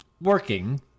working